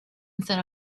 instead